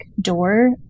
door